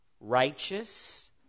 righteous